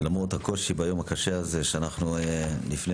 למרות הקושי ביום הקשה הזה שאנחנו נפנה